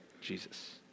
Jesus